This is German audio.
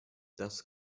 das